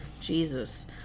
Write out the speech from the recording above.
Jesus